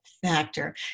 Factor